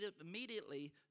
immediately